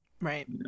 Right